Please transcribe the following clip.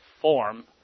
form